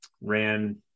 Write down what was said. ran